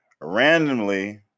randomly